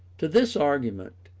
to this argument,